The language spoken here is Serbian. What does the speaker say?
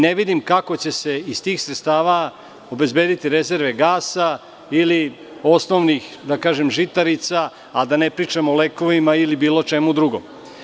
Ne vidim kako će se iz tih sredstava obezbediti rezerve gasa ili osnovnih, da kažem, žitarica, a da ne pričam o lekovima ili bilo čemu drugom.